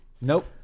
Nope